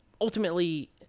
ultimately